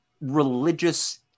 religious